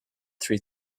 three